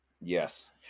Yes